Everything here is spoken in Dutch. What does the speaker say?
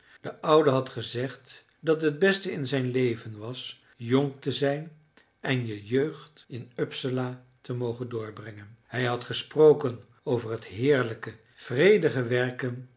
de oude had gezegd dat het beste in t leven was jong te zijn en je jeugd in uppsala te mogen doorbrengen hij had gesproken over het heerlijke vredige werken